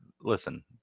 listen